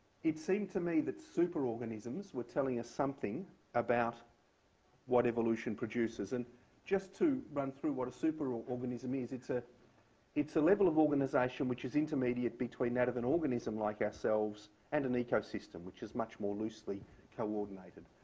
it seemed to me that superorganisms were telling us something about what evolution produces. and just to run through what a superorganism is, it's ah it's a level of organization which is intermediate between that of an organism like ourselves and an ecosystem, which is much more loosely coordinated.